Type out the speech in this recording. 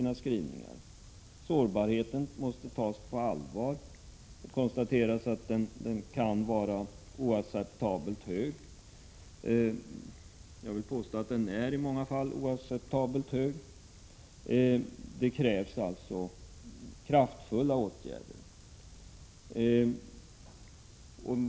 1986/87:32 punkten. Sårbarheten måste tas på allvar. Det konstateras att den kan vara 20 november 1986 oacceptabelt hög. Jag vill påstå att den i många fall är det. Det krävs alltså. a kraftfulla åtgärder.